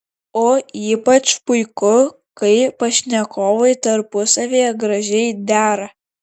o ypač puiku kai pašnekovai tarpusavyje gražiai dera